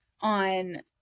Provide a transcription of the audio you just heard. on